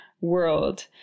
world